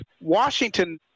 Washington –